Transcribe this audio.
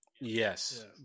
yes